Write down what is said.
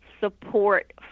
support